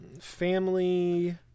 Family